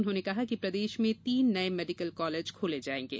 उन्होंने कहा कि प्रदेश में तीन नये मेडीकल कालेज खोले जायेंगे